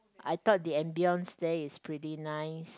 I thought the ambiance there is pretty nice